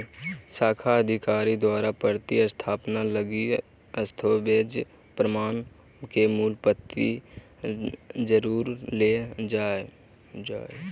शाखा अधिकारी द्वारा प्रति सत्यापन लगी दस्तावेज़ प्रमाण के मूल प्रति जरुर ले जाहो